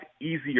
easier